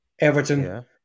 Everton